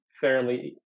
fairly